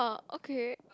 okay